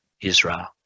Israel